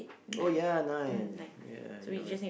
oh ya nine ya you're right